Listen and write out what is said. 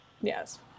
Yes